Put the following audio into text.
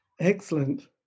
Excellent